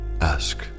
Ask